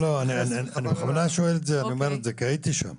אני בכוונה אומר את זה, כי הייתי שם.